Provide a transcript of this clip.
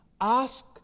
Ask